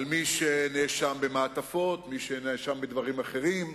מי שנאשם במעטפות, מי שנאשם בדברים אחרים,